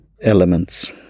elements